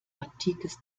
antikes